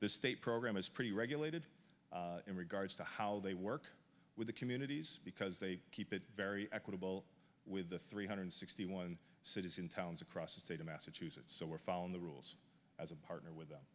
the state program is pretty regulated in regards to how they work with the communities because they keep it very equitable with the three hundred sixty one cities in towns across the state of massachusetts so we're following the rules as a partner with them